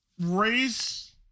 race